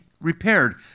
repaired